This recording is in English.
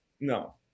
no